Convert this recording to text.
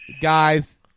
Guys